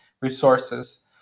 resources